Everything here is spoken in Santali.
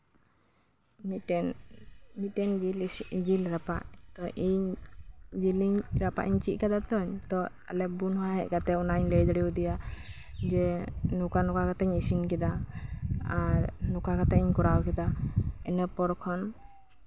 ᱢᱤᱫᱴᱮᱱ ᱢᱤᱫᱴᱮᱱ ᱡᱤᱞ ᱤᱥᱤᱱ ᱡᱤᱞ ᱨᱟᱯᱟᱜ ᱛᱚ ᱤᱧ ᱨᱟᱯᱟᱜ ᱤᱧ ᱪᱮᱫ ᱠᱟᱫᱟ ᱛᱚ ᱟᱞᱮ ᱵᱩᱱ ᱦᱚᱸ ᱦᱮᱡ ᱠᱟᱛᱮ ᱚᱱᱟᱧ ᱞᱟᱹᱭ ᱫᱟᱲᱮᱣᱟᱫᱮᱭᱟ ᱡᱮ ᱱᱚᱝᱠᱟᱼᱱᱚᱝᱠᱟ ᱠᱟᱛᱮ ᱤᱧ ᱤᱥᱤᱱ ᱠᱮᱫᱟ ᱟᱨ ᱱᱚᱝᱠᱟ ᱠᱟᱛᱮ ᱤᱧ ᱠᱚᱨᱟᱣ ᱠᱮᱫᱟ ᱤᱱᱟᱹᱯᱚᱨ ᱠᱷᱚᱱ